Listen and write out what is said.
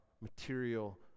material